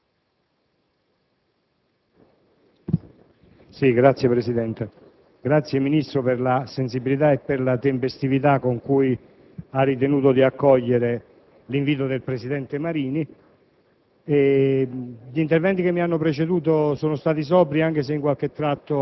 signor Ministro per la sensibilità e la tempestività con cui ha ritenuto di accogliere l'invito del presidente Marini.